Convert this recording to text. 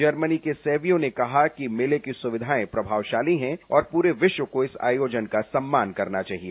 Germany के शैवियों ने कहा कि मेले की सुविधाएं प्रभावशाली है और पूरे विश्वी को इस आयोजन का सम्मीन करना चाहिए